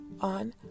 on